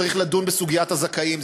צריך לדון בסוגיית הזכאים,